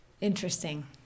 Interesting